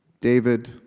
David